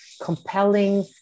compelling